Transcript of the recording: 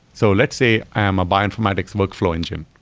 so let's say i am a bioinformatics workflow engine.